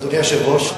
אדוני היושב-ראש,